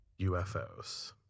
UFOs